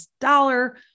dollar